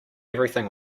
everything